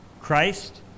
Christ